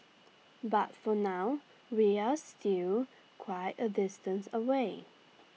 but for now we're still quite A distance away